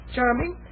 Charming